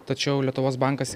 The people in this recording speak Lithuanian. tačiau lietuvos bankas